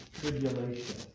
tribulation